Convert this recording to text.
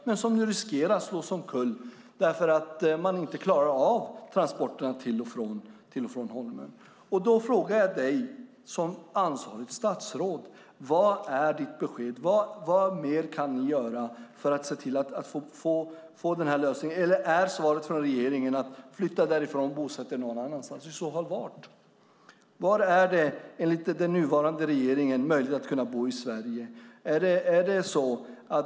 Men den riskerar att slås omkull eftersom man inte klarar av transporterna till och från Holmön. Då frågar jag dig som ansvarigt statsråd: Vad är ditt besked? Vad kan ni mer göra för att se till att få en lösning? Eller är svaret från regeringen att människor ska flytta därifrån och bosätta sig någon annanstans, och i så fall var? Var någonstans i Sverige är det enligt den nuvarande regeringen möjligt att bo?